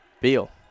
Beal